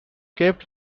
kept